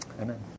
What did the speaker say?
Amen